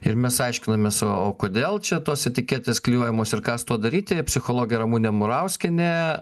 ir mes aiškinamės o o kodėl čia tos etiketės klijuojamos ir ką su tuo daryti psichologė ramunė murauskienė